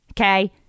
okay